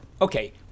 Okay